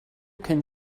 can